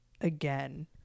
again